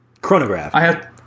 Chronograph